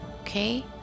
okay